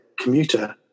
commuter